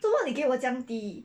做什么你给我这样低